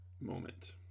moment